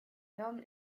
nomme